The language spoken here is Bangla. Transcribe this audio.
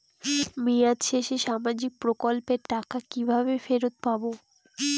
মেয়াদ শেষে সামাজিক প্রকল্পের টাকা কিভাবে ফেরত পাবো?